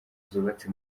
zubatse